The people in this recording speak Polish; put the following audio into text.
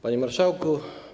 Panie Marszałku!